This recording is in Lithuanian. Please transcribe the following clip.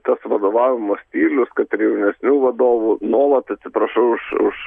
tas vadovavimo stilius kad prie jaunesnių vadovų nuolat atsiprašau už už